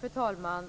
Fru talman!